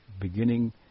beginning